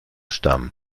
stamm